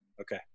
Okay